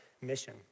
mission